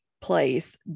place